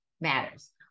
matters